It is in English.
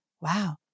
wow